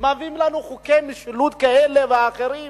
מביאים לנו חוקי משילות כאלה ואחרים,